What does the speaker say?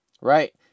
Right